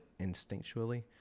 instinctually